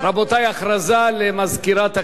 רבותי, הודעה למזכירת הכנסת.